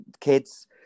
kids